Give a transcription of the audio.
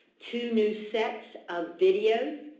two new sets of videos,